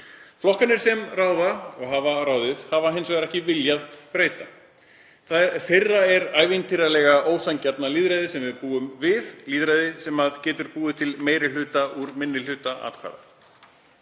Flokkarnir sem ráða og hafa ráðið hafa hins vegar ekki viljað breyta. Þeirra er ævintýralega ósanngjarna lýðræðið sem við búum við, lýðræði sem getur búið til meiri hluta úr minni hluta atkvæða.